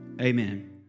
amen